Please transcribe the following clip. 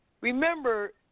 Remember